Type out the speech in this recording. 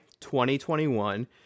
2021